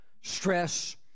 stress